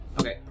Okay